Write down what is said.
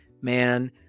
man